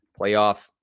playoff